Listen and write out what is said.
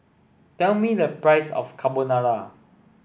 tell me the price of Carbonara